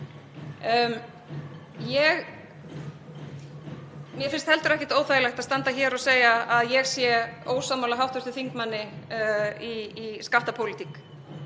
Mér finnst heldur ekkert óþægilegt að standa hér og segja að ég sé ósammála hv. þingmanni í skattapólitík